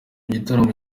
gitaramo